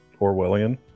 Orwellian